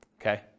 Okay